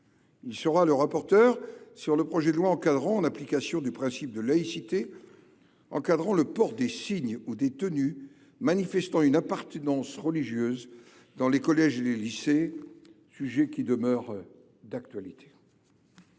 Il sera rapporteur du projet de loi encadrant, en application du principe de laïcité, le port de signes ou de tenues manifestant une appartenance religieuse dans les écoles, collèges et lycées publics, sujet qui demeure d’actualité.